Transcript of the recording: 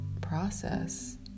process